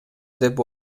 деп